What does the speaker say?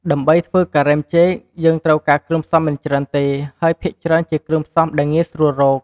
ដើម្បីធ្វើការ៉េមចេក យើងត្រូវការគ្រឿងផ្សំមិនច្រើនទេ ហើយភាគច្រើនជាគ្រឿងផ្សំដែលងាយស្រួលរក។